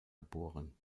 geboren